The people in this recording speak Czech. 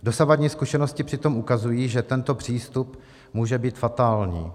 Dosavadní zkušenosti přitom ukazují, že tento přístup může být fatální.